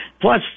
Plus